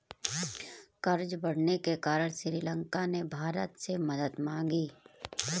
कर्ज बढ़ने के कारण श्रीलंका ने भारत से मदद मांगी